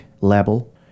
level